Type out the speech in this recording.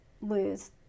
lose